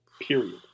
Period